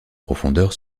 profondeur